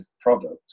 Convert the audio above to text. product